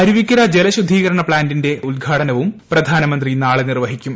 അരുവിക്കര ജലശുദ്ധീകരണ പ്സാന്റിന്റെ ഉദ്ഘാടനവും പ്രധാനമന്ത്രി നാളെ നിർവ്വഹിക്കും